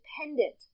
dependent